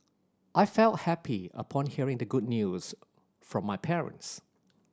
I felt happy upon hearing the good news from my parents